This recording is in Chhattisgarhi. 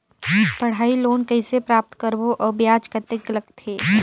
पढ़ाई लोन कइसे प्राप्त करबो अउ ब्याज कतेक लगथे?